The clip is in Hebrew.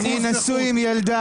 ג"ר: אני נשוי עם ילדה.